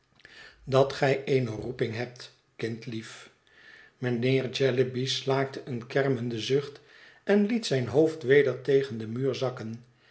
dat gij eene roeping hebt kindlief mijnheer jellyby slaakte een kermenden zucht en liet zijn hoofd weder tegen den muur zakken